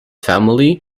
family